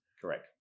Correct